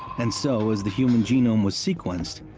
and so, as the human genome was sequenced,